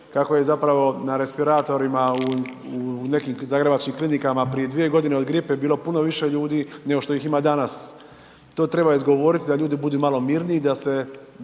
kako je zapravo na respiratorima u nekim zagrebačkim klinikama prije 2.g. od gripe bilo puno više ljudi nego što ih ima danas. To treba izgovorit da ljudi budu malo mirniji,